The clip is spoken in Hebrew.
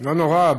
לא נורא.